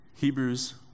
Hebrews